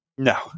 No